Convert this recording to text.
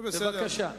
בבקשה.